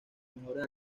mejores